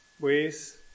ways